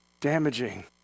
damaging